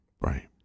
Right